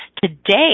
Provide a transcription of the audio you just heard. Today